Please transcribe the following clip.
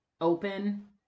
open